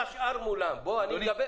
מולן.